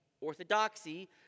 orthodoxy